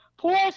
Poor